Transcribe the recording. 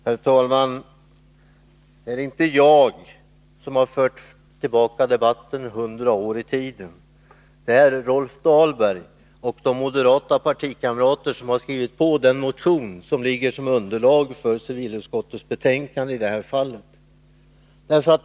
Herr talman! Det är inte jag som fört tillbaka debatten 100 år i tiden. Det är Rolf Dahlberg och de moderata partikamrater som skrivit under den motion som utgör underlag för civilutskottets betänkande i detta ärende.